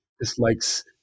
dislikes